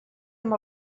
amb